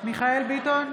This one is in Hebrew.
מיכאל מרדכי ביטון,